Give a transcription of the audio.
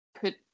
put